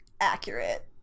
accurate